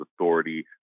authority